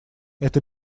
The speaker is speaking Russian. это